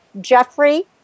Jeffrey